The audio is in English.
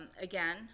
again